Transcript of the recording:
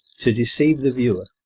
to deceive the viewer.